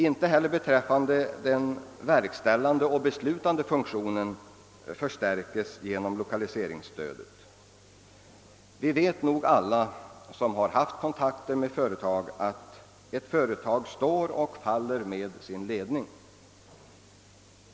Inte heller den verkställande och beslutande funktionen förstärks genom lokaliseringsstödet. Alla som haft kontakt med företag vet att ett företag kan stå och falla med sin ledning.